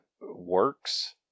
works